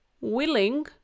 willing